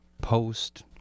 post